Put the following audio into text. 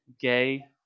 gay